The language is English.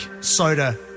Soda